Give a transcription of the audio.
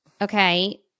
okay